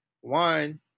One